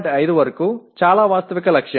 5 వరకు చాలా వాస్తవిక లక్ష్యం